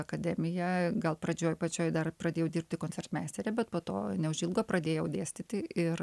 akademiją gal pradžioj pačioj dar pradėjau dirbti koncertmeistere bet po to neužilgo pradėjau dėstyti ir